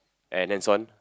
and hands on